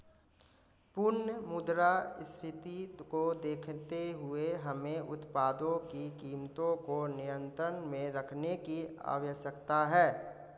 पुनः मुद्रास्फीति को देखते हुए हमें उत्पादों की कीमतों को नियंत्रण में रखने की आवश्यकता है